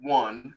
one